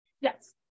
Yes